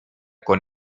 con